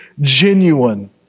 genuine